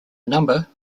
number